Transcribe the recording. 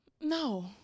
No